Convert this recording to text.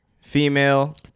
female